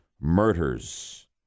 murders